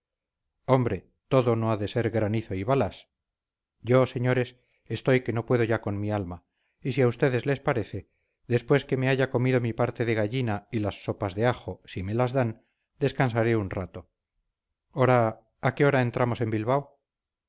hombre todo no ha de ser granizo y balas yo señores estoy que no puedo ya con mi alma y si a ustedes les parece después que me haya comido mi parte de gallina y las sopas de ajo si me las dan descansaré un rato oraa a qué hora entramos en bilbao